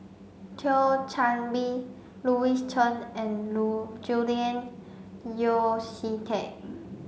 Thio Chan Bee Louis Chen and Julian Yeo See Teck